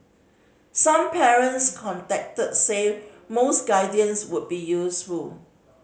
some parents contacted said more guidance would be useful